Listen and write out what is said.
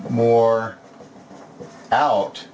more out